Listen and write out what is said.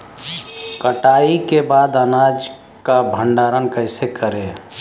कटाई के बाद अनाज का भंडारण कैसे करें?